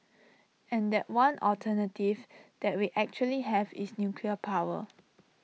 and that one alternative that we actually have is nuclear power